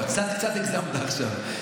קצת הגזמת עכשיו.